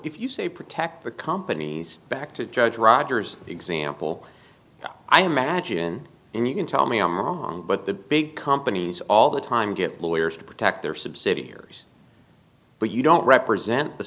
if you say protect the companies back to judge rogers example i imagine and you can tell me i'm wrong but the big companies all the time get lawyers to protect their subsidiaries but you don't represent the